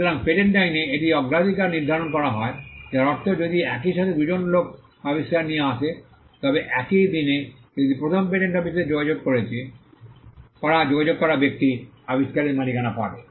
সুতরাং পেটেন্ট আইনে এটিই অগ্রাধিকার নির্ধারণ করা হয় যার অর্থ যদি একই সাথে দুজন লোক আবিষ্কার নিয়ে আসে তবে একই দিনে যদি প্রথম পেটেন্ট অফিসে যোগাযোগ করা ব্যক্তি আবিষ্কারের মালিকানা পাবে